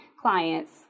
clients